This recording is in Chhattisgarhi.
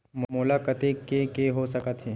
मोला कतेक के के हो सकत हे?